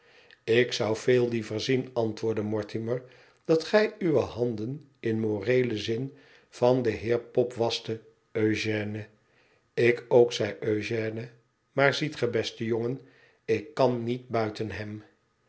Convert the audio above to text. ik zou veel liever zien antwoordde mortimer dat gij uwe handen in moreelen zin van den heer pop waschtet eugène ik ook zei eugène maar ziet ge beste jongen ik kan niet buiten hem